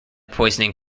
poisoning